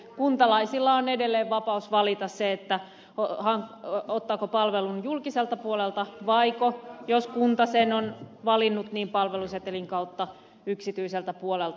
kuntalaisilla on edelleen vapaus valita ottaako palvelun julkiselta puolelta vaiko jos kunta sen on valinnut palvelusetelin kautta yksityiseltä puolelta